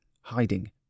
hiding